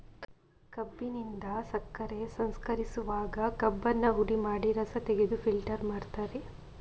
ಕಬ್ಬಿನಿಂದ ಸಕ್ಕರೆ ಸಂಸ್ಕರಿಸುವಾಗ ಕಬ್ಬನ್ನ ಹುಡಿ ಮಾಡಿ ರಸ ತೆಗೆದು ಫಿಲ್ಟರ್ ಮಾಡ್ತಾರೆ